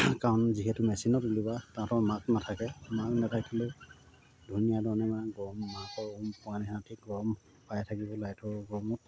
কাৰণ যিহেতু মেচিনত উলিওৱা সিহঁতৰ মাক নাথাকে মাক নাথাকিলে ধুনীয়া ধৰণে মানে গৰম মাকৰ উম পোৱা ঠিক গৰম পাই থাকিব লাইটৰ গৰমত